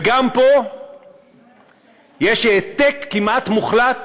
וגם פה יש העתק כמעט מוחלט